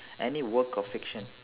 any work of fiction